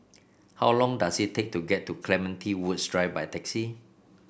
how long does it take to get to Clementi Woods Drive by taxi